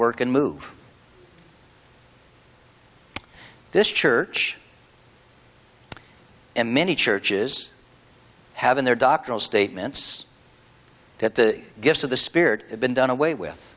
work and move this church and many churches have in their doctoral statements that the gifts of the speared have been done away with